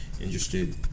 interested